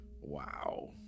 Wow